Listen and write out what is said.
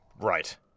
Right